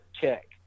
check